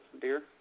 dear